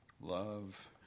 love